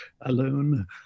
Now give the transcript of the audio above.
alone